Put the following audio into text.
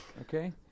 Okay